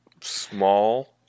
small